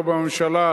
לא בממשלה,